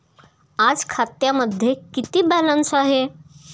आज खात्यामध्ये किती बॅलन्स आहे?